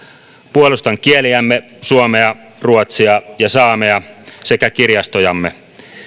puolustan kieliämme suomea ruotsia ja saamea sekä kirjastojamme